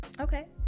Okay